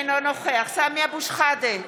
אינו נוכח סמי אבו שחאדה,